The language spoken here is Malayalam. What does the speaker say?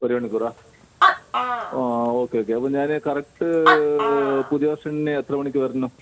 ഒരു മണിക്കൂറാ ഓക്കേ ഓക്കേ അപ്പം ഞാൻ കറക്റ്റ് പുതിയ ബസ്സ്ടാണ്ടിൽ എത്രമണിക്ക് വരണം